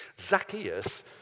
Zacchaeus